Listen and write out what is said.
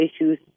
issues